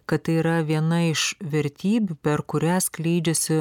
kad tai yra viena iš vertybių per kurią skleidžiasi